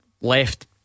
Left